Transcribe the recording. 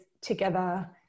together